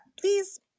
please